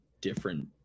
different